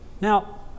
Now